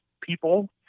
people